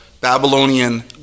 Babylonian